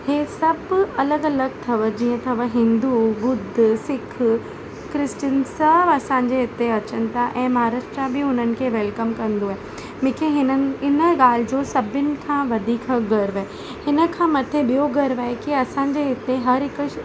हे सभु अलॻि अलॻि अथव जीअं अथव हिंदू बुद्ध सिक्ख क्रिशचिन सभु असांजे हिते अचनि था ऐं महाराष्ट्र बि हुननि खे वेलकम कंदो आहे मूंखे न हिन ॻाल्हि जो सभिनि खां वधीक गर्व आहे हिनखां मथे ॿियो गर्व आहे कि असांजे हिते हर हिक